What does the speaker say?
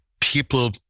people